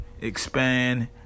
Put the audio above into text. expand